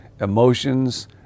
emotions